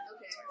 Okay